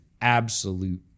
absolute